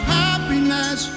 happiness